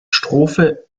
strophe